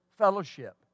fellowship